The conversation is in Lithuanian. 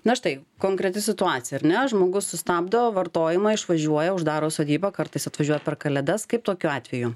na štai konkreti situacija ar ne žmogus sustabdo vartojimą išvažiuoja uždaro sodybą kartais atvažiuoja per kalėdas kaip tokiu atveju